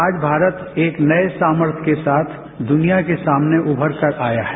आज भारत एक नए सामर्थ्य के साथ दुनिया के सामने उभर कर आया है